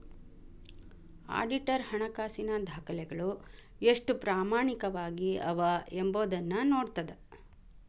auditor ಹಣಕಾಸಿನ ದಾಖಲೆಗಳು ಎಷ್ಟು ಪ್ರಾಮಾಣಿಕವಾಗಿ ಅವ ಎಂಬೊದನ್ನ ನೋಡ್ತದ